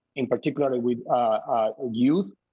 in particular, with youth.